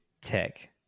tech